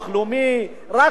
חיים רק על זה,